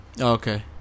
Okay